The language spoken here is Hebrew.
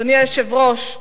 אדוני היושב-ראש,